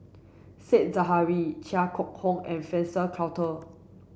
Said Zahari Chia Keng Hock and Frank Cloutier